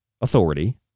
authority